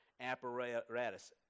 apparatus